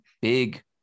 big